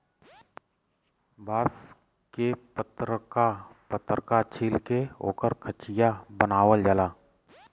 बांस के पतरका पतरका छील के ओकर खचिया बनावल जाला